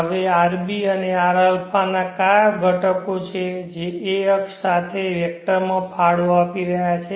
હવે rβ અને rα ના કયા ઘટકો છે જે a અક્ષ સાથે વેક્ટરમાં ફાળો આપી રહ્યા છે